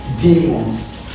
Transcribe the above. demons